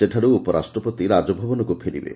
ସେଠାରୁ ଉପରାଷ୍ଟ୍ରପତି ରାଜଭବନକୁ ଫେରିବେ